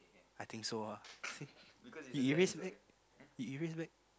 I think so ah you erase back you erase back